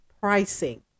pricing